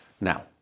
Now